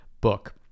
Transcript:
book